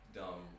dumb